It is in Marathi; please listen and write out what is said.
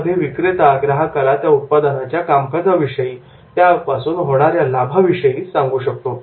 याच्यामध्ये विक्रेता ग्राहकाला त्या उत्पादनाच्या कामकाजाविषयी व त्यापासून होणार्या लाभाविषयी सांगू शकतो